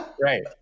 Right